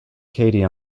katie